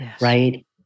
right